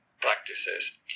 practices